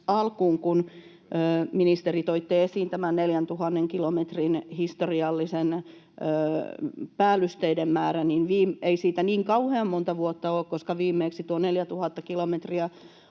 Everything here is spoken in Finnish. alkuun, kun, ministeri, toitte esiin tämän 4 000 kilometrin historiallisen päällysteiden määrän, että ei siitä niin kauhean montaa vuotta ole, koska viimeksi tuo 4 000 kilometriä